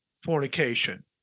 fornication